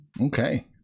Okay